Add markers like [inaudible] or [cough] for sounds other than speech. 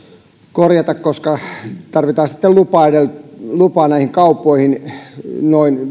korjata koska tarvitaan sitten lupa näihin kauppoihin noin [unintelligible]